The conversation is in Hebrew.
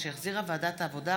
שהחזירה ועדת העבודה,